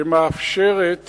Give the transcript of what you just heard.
שמאפשרת